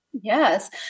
Yes